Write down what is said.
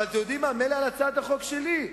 אתם יודעים מה, מילא מתנגדים להצעת החוק שלי.